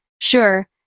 Sure